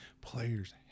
Players